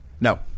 No